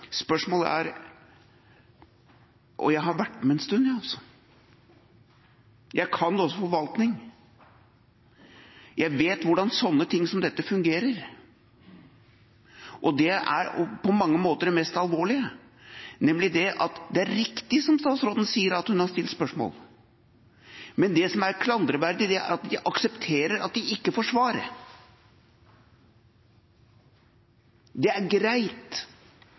Jeg har vært med en stund, jeg kan også forvaltning, jeg vet hvordan slike ting som dette fungerer, og det er på mange måter det mest alvorlige, nemlig at det er riktig, som statsråden sier, at hun har stilt spørsmål. Men det som er klanderverdig, er at de aksepterer at de ikke får svar. Det er greit